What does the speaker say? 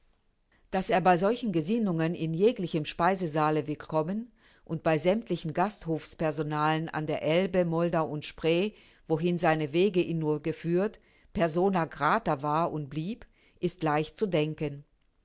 daß er bei solchen gesinnungen in jeglichem speisesaale willkommen und bei sämmtlichen gasthofs personalen an der elbe moldau und spree wohin seine wege ihn nur geführt persona grata war und blieb ist leicht zu denken